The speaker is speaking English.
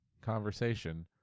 conversation